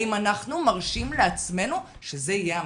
האם אנחנו מרשים לעצמנו שזה יהיה המצב.